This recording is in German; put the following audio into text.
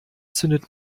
zündet